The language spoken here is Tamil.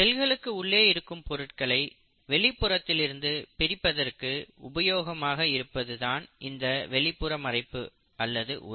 செல்களுக்கு உள்ளே இருக்கும் பொருட்களை வெளிப்புறத்திலிருந்து பிரிப்பதற்கு உபயோகமாக இருப்பதுதான் இந்த வெளிப்புற மறைப்பு அல்லது உரை